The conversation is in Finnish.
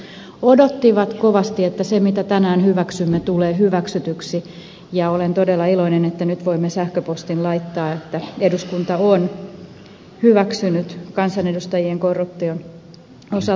toiseksi he odottivat kovasti että se mitä tänään hyväksymme tulee hyväksytyksi ja olen todella iloinen että nyt voimme sähköpostin laittaa että eduskunta on hyväksynyt kansanedustajien korruption osalta kiristykset